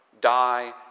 die